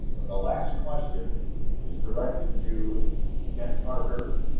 but the last question is directed to kent parker,